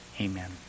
Amen